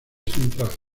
central